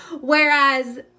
whereas